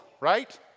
right